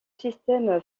système